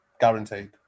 guaranteed